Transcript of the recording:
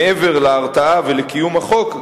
מעבר להרתעה ולקיום החוק,